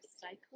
cycle